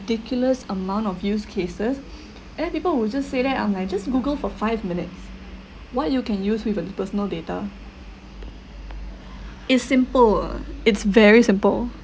ridiculous amount of use cases and then people would just say that I'm like just google for five minutes what you can use with uh the personal data it's simple it's very simple